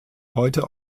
heute